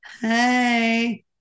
hey